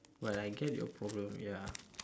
but I get your problem ya